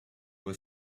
were